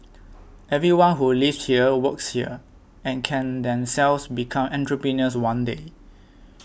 everyone who lives here works here and can themselves become entrepreneurs one day